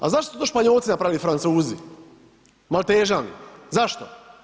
A zašto su to Španjolci napravili i Francuzi, Maltežani, zašto?